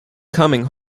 coming